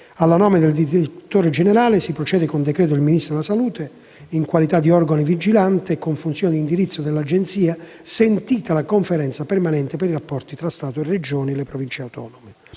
Alla nomina del direttore generale si procede con decreto del Ministro della salute, in qualità di organo vigilante e con funzioni di indirizzo dell'Agenzia, sentita la Conferenza permanente per i rapporti tra lo Stato, le Regioni e le Province autonome